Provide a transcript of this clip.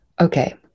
Okay